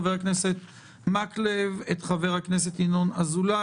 חבר הכנסת ינון אזולאי,